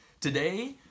Today